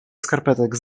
skarpetek